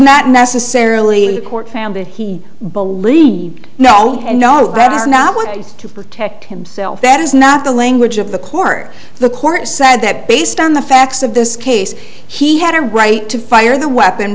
matt necessarily court found that he believed no and no rather now want to protect himself that is not the language of the court the court said that based on the facts of this case he had a right to fire the weapon